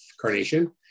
Carnation